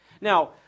Now